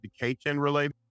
education-related